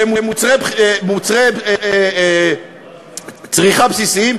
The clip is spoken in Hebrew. שהם מוצרי צריכה בסיסיים,